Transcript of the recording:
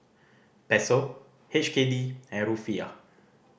Peso H K D and Rufiyaa